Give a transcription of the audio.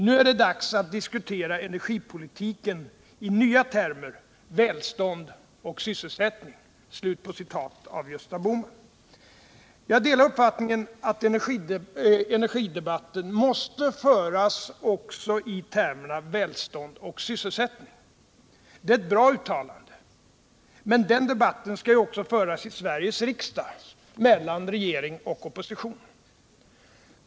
— Nu är det dags att diskutera energipolitiken i nya termer: Välstånd och sysselsättning.” Jag delar uppfattningen att energidebatten måste föras också i termerna välstånd och sysselsättning. Det är ett bra uttalande. Men den debatten skall ju då också föras i Sveriges riksdag mellan regering och opposition.